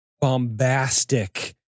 bombastic